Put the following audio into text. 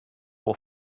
will